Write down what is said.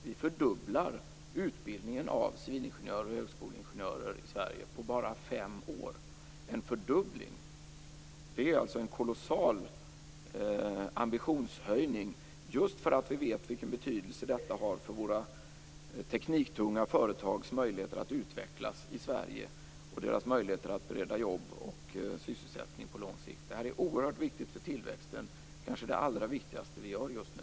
Vi fördubblar utbildningen av civilingenjörer och högskoleingenjörer i Sverige, på bara fem år en fördubbling. Det är alltså en kolossal ambitionshöjning just därför att vi vet vilken betydelse det har för våra tekniktunga företags möjligheter att utvecklas i Sverige och deras möjligheter att bereda jobb och sysselsättning på lång sikt. Det här är oerhört viktigt för tillväxten, kanske det allra viktigaste vi gör just nu.